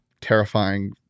terrifying